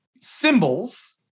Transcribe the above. symbols